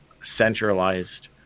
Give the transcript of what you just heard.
centralized